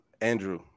Andrew